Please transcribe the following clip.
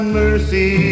mercy